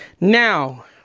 Now